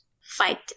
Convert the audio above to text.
fight